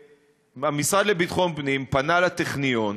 המשרד לביטחון פנים פנה לטכניון,